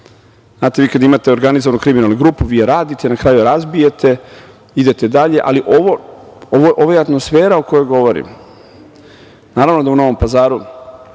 može. Znate, kad imate organizovanu kriminalnu grupu, vi radite, na kraju je razbijete, idete dalje, ali ovo je atmosfera o kojoj govorim. Naravno da se u Novom Pazaru